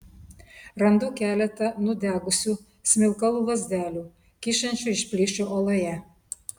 randu keletą nudegusių smilkalų lazdelių kyšančių iš plyšio uoloje